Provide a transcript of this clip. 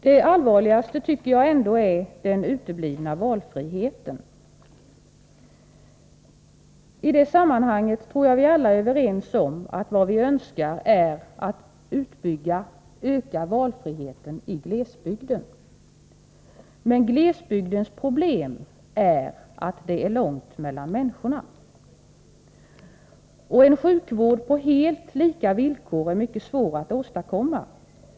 Det allvarligaste tycker jag ändå är den uteblivna valfriheten. I det sammanhanget tror jag vi alla är överens om att vad vi önskar är att öka valfriheten i glesbygden. Men glesbygdens problem är att det är långt mellan människorna. En sjukvård på helt lika villkor är mycket svår att åstadkomma.